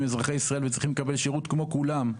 הם אזרחי ישראל וצריכים לקבל שירות כמו כולם.